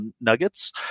Nuggets